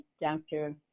Dr